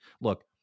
Look